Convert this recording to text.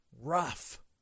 Rough